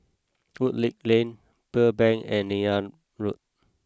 Woodleigh Lane Pearl Bank and Neythal Road